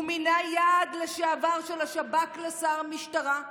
הוא מינה יעד לשעבר של השב"כ לשר המשטרה,